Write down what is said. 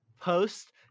post